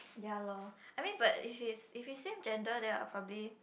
ya lor I mean but if it's if it's same gender then I'll probably